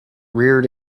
reared